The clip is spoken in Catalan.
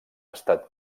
estat